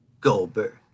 Goldberg